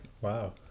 Wow